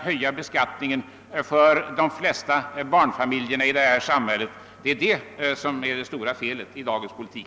höjas ytterligare för de flesta barnfamiljerna i vårt samhälle. Det är det stora felet i dagens politik!